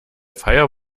feier